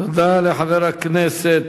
תודה לחבר הכנסת